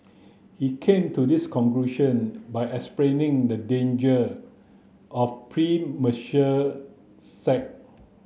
he came to this conclusion by explaining the danger of premarital